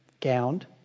gowned